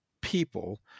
people